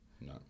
No